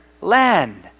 land